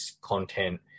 content